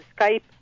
Skype